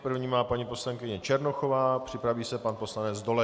První má paní poslankyně Černochová, připraví se pan poslanec Dolejš.